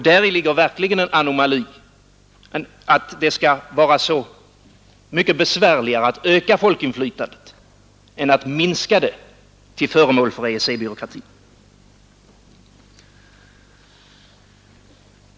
Det ligger verkligen en anomali däri att det skall vara så mycket besvärligare att öka folkinflytandet än att minska det till förmån för EEC-byråkratin.